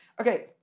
Okay